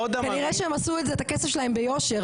כנראה שהם עשו את הכסף שלהם ביושר,